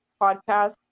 podcast